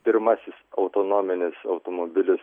pirmasis autonominis automobilis